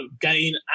gain